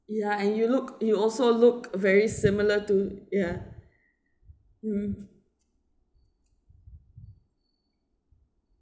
ya and you look you also look very similar to ya mm